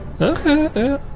Okay